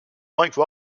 mike